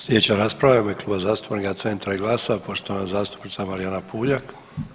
Slijedeća rasprava je u ime Kluba zastupnika Centra i GLAS-a poštovana zastupnica Marijana Puljak.